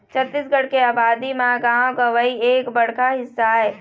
छत्तीसगढ़ के अबादी म गाँव गंवई एक बड़का हिस्सा आय